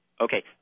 Okay